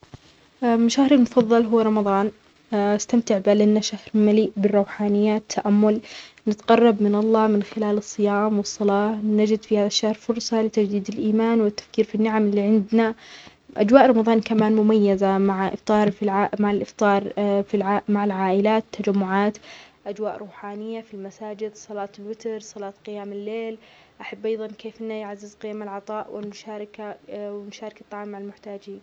أ شهرى المفظل هو رمضان، أستمتع به لأنه شهر ملىء بالروحانيات تأمل نتقرب من الله من خلال الصيام والصلاه نجد في هالأشياء الفرصة لتجديد الإيمان والتفكير في النعم اللى عندنا، أجواء رمضان كمان مميزة مع إفطار في العال-مع الإفطار في العال-مع العائلات تجمعات، أجواء روحانية في المساجد صلاة الوتر صلاة قيام الليل، أحب أيظا كيف أنه يعزز قيم العطاء والمشاركة ومشاركة طعام مع المحتاجين.